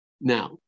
Now